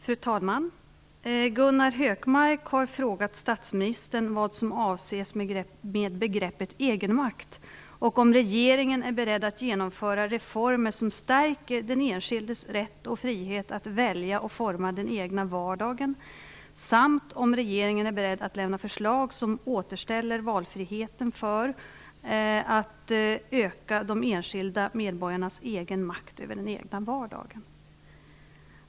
Fru talman! Gunnar Hökmark har frågat statsministern vad som avses med begreppet "egenmakt" och om regeringen är beredd att genomföra reformer som stärker den enskildes rätt och frihet att välja och forma den egna vardagen samt om regeringen är beredd att lämna förslag som återställer valfriheten för att öka de enskilda medborgarnas egen makt över den egna vardagen.